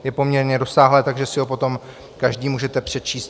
Je poměrně rozsáhlé, takže si ho potom každý můžete přečíst.